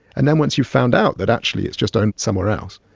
and then once you've found out that, actually, it's just owned somewhere else,